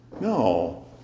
no